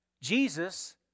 Jesus